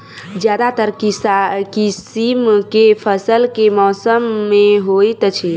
ज्यादातर किसिम केँ फसल केँ मौसम मे होइत अछि?